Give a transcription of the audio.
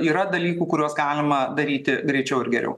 yra dalykų kuriuos galima daryti greičiau ir geriau